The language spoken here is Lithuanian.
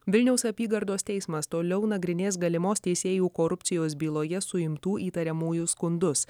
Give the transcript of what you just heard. vilniaus apygardos teismas toliau nagrinės galimos teisėjų korupcijos byloje suimtų įtariamųjų skundus